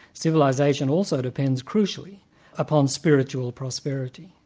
civilisation also depends crucially upon spiritual prosperity,